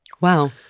Wow